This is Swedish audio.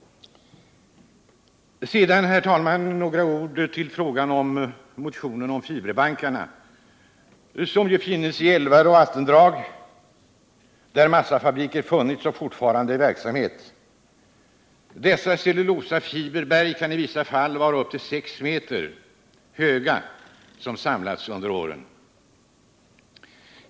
Sedan, herr talman, några ord i fråga om motionen om de fiberbankar som finns i älvar och vattendrag, där massafabriker funnits eller fortfarande är i verksamhet. Dessa berg av cellulosafiber som samlats under åren kan i vissa fall vara upp till 6 m höga.